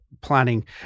planning